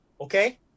Okay